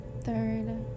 third